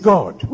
God